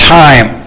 time